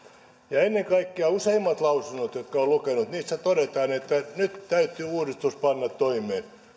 ja useimmissa lausunnoissa jotka olen lukenut ennen kaikkea todetaan että nyt täytyy uudistus panna toimeen